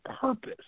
purpose